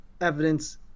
evidence